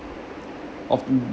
often